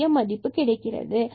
0400 நம்மிடம் கிடைக்கிறது